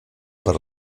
per